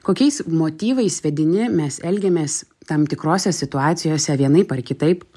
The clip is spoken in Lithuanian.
kokiais motyvais vedini mes elgiamės tam tikrose situacijose vienaip ar kitaip